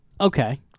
Okay